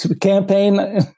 campaign